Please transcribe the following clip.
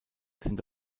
sind